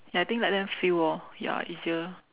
ya I think let them feel orh ya easier